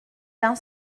d’un